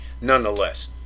Nonetheless